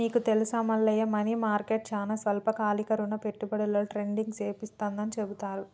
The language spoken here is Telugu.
నీకు తెలుసా మల్లయ్య మనీ మార్కెట్ చానా స్వల్పకాలిక రుణ పెట్టుబడులలో ట్రేడింగ్ను శాసిస్తుందని చెబుతారు